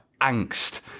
Angst